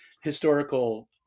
historical